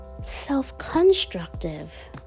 self-constructive